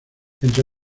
entre